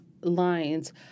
lines